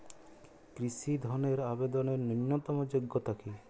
কৃষি ধনের আবেদনের ন্যূনতম যোগ্যতা কী?